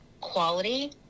quality